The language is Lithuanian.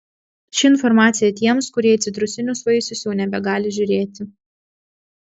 ši informacija tiems kurie į citrusinius vaisius jau nebegali žiūrėti